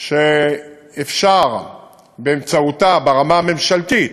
שאפשר באמצעותה, ברמה הממשלתית,